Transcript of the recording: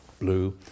blue